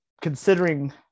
considering